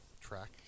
track